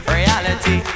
reality